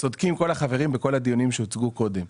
צודקים כל החברים בכל הדיונים שהוצגו קודם.